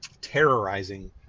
terrorizing